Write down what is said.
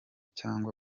cyangwa